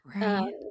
right